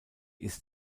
ist